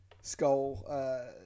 skull